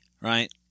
right